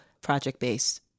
project-based